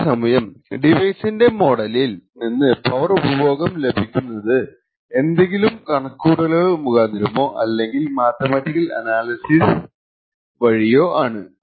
അതേസമയം ഡിവൈസിന്റെ മോഡലിൽ നിന്ന് പവർ ഉപഭോഗം ലഭിക്കുന്നത് എന്തെങ്കിലും കണക്കുകൂട്ടലുകൾ മുഖാന്തിരമോ അല്ലെങ്കിൽ മാത്തമാറ്റിക്കൽ അനാലിസിസ് വഴിയോ ആണ്